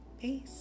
Peace